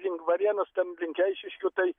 link varėnos ten link eišiškių tai